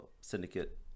syndicate